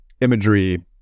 imagery